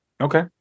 Okay